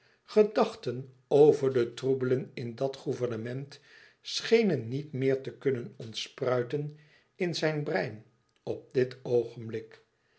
gedachten over de troebelen in dat gouvernement schenen niet meer te kunnen ontspruiten in zijn brein op dit oogenblik